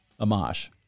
Amash